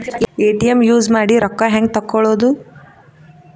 ATM use ಮಾಡಿ ರೊಕ್ಕ ಹೆಂಗೆ ತಕ್ಕೊಳೋದು?